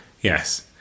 Yes